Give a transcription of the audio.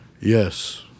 Yes